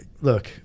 look